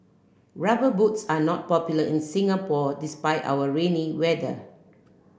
rubber boots are not popular in Singapore despite our rainy weather